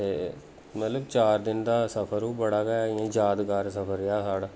ते मतलब चार दिन दा सफर ओह् बड़ा गै यादगार सफर रेहा साढ़ा